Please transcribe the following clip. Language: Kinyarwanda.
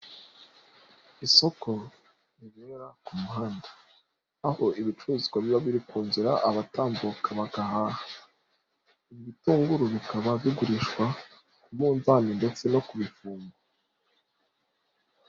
Isoko ribera ku muhanda, aho ibicuruzwa biba biri ku nzira abatambuka bagahaha, ibi bitunguru bikaba bigurishwa ku munzani ndetse no ku mifungo.